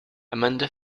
amanda